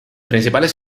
principales